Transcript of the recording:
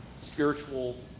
spiritual